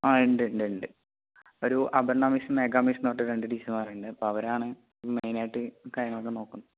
ആ ഉണ്ട് ഉണ്ട് ഉണ്ട് ഒരു അപർണ മിസ്സ് മേഘ മിസ്സ് എന്ന് പറഞ്ഞിട്ട് രണ്ട് ടീച്ചർമാരുണ്ട് അപ്പോൾ അവരാണ് മെയിനായിട്ട് കാര്യങ്ങളൊക്കെ നോക്കുന്നത്